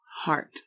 heart